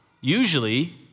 usually